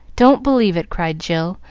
don't believe it! cried jill,